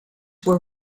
were